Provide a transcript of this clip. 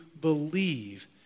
believe